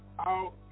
out